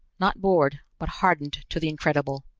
not bored, but hardened to the incredible.